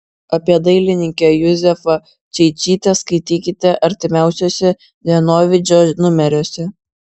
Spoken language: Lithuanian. apie dailininkę juzefą čeičytę skaitykite artimiausiuose dienovidžio numeriuose